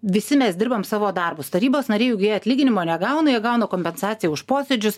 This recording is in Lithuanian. visi mes dirbam savo darbus tarybos nariai juk jie atlyginimo negauna jie gauna kompensaciją už posėdžius